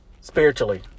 spiritually